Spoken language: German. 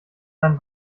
beim